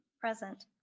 present